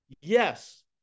Yes